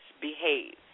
behave